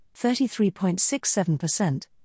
33.67%